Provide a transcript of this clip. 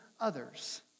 others